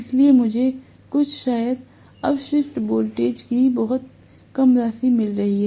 इसलिए मुझे कुछ शायद अवशिष्ट वोल्टेज की बहुत कम राशि मिल रही है